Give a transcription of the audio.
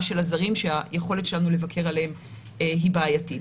של הזרים שהיכולת שלנו לבקר עליהם היא בעייתית.